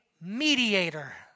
mediator